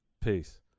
Peace